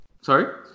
Sorry